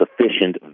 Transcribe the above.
sufficient